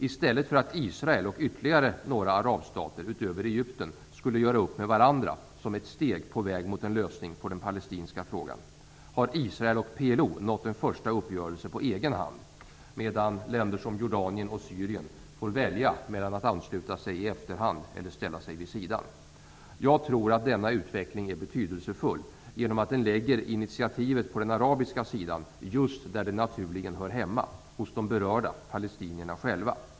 I stället för att Israel och ytterligare några arabstater, utöver Egypten, skulle göra upp med varandra som ett steg på väg mot en lösning av den palestinska frågan har Israel och PLO nått en första uppgörelse på egen hand. Länder som Jordanien och Syrien får välja mellan att ansluta sig i efterhand eller att ställa sig vid sidan. Jag tror att denna utveckling är betydelsefull eftersom initiativet läggs på den arabiska sidan just där det naturligen hör hemma, hos de berörda palestinierna själva.